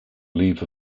leave